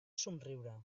somriure